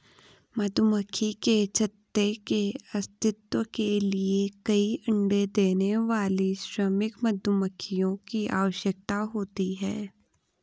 मधुमक्खी के छत्ते के अस्तित्व के लिए कई अण्डे देने वाली श्रमिक मधुमक्खियों की आवश्यकता होती है